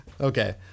Okay